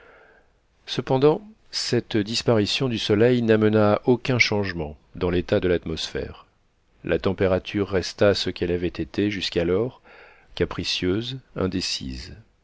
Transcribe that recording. cependant cette disparition du soleil n'amena aucun changement dans l'état de l'atmosphère la température resta ce qu'elle avait été jusqu'alors capricieuse indécise